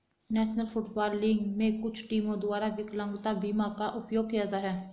national Football League में कुछ टीमों द्वारा विकलांगता बीमा का उपयोग किया जाता है